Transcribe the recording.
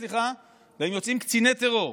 והם יוצאים קציני טרור.